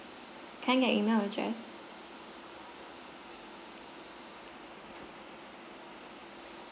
can I get your email address